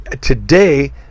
today